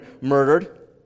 murdered